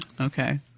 Okay